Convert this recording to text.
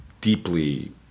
deeply